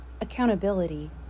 Accountability